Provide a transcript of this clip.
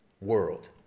world